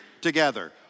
Together